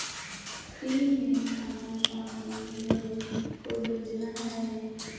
Free में खाना पानी मिलना ले कोइ योजना हय?